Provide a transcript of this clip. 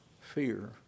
fear